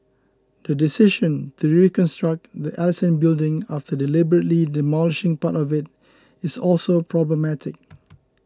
the decision to reconstruct the Ellison Building after deliberately demolishing part of it is also problematic